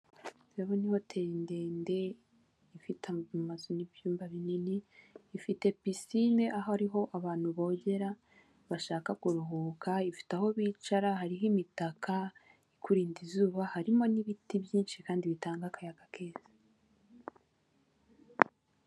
Ndabona ihoteri ndende ifite amazu n'ibyumba binini ifite pisine aho ariho abantu bogera bashaka kuruhuka ifite aho bicara hariho imitaka ikurinda izuba harimo n'ibiti byinshi kandi bitanga akayaga keza.